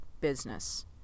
business